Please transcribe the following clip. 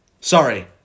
Sorry